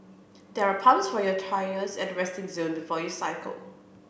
there are pumps for your tyres at the resting zone before you cycle